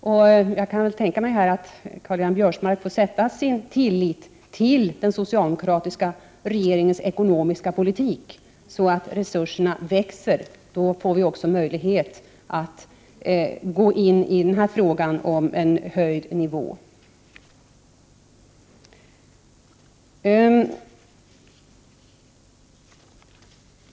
Karl-Göran Biörsmark får alltså sätta sin tillit till den socialdemokratiska regeringens ekonomiska politik så att resurserna växer. Då får vi också möjlighet att gå in i den här frågan om en höjd nivå.